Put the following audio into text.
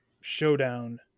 showdown